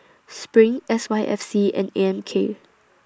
SPRING S Y F C and A M K